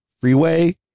freeway